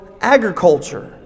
agriculture